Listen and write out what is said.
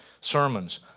sermons